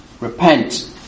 Repent